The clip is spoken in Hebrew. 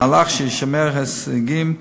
מהלך שישמר הישגים,